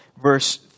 verse